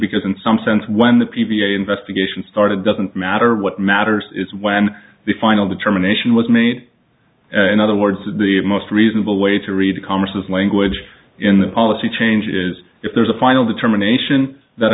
because in some sense when the p v a investigation started doesn't matter what matters is when the final determination was made in other words the most reasonable way to read converses language in the policy changes if there's a final determination that